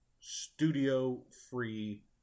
studio-free